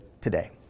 today